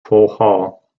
vauxhall